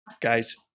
Guys